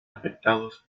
afectados